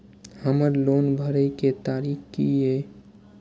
हमर लोन भरए के तारीख की ये?